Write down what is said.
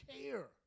care